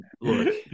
look